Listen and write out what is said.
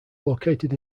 located